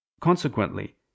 Consequently